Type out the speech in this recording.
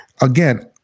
again